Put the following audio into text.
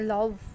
Love